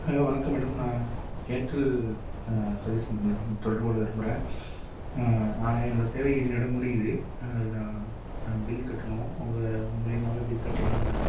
hello வணக்கம் madam நான் Airtel service centre நான் தொடர்பு கொள்ள விரும்புகிறேன் நான் நான் என்னோட சேவை இன்னையோட முடியுது அது தான் பில் கட்டணும் உங்கள் மூலியமாகவே பில் கட்டலான்னு